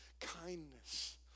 Kindness